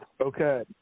Okay